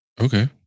Okay